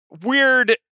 weird